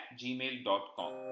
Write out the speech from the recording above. gmail.com